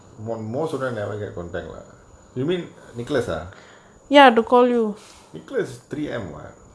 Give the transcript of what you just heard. one more solder never get contact lah you mean nicholas ah nicholas three M one